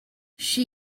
she